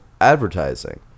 advertising